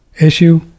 issue